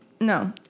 no